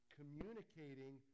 communicating